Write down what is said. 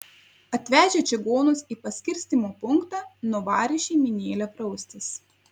atvežę čigonus į paskirstymo punktą nuvarė šeimynėlę praustis